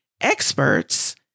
experts